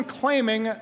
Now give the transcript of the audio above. claiming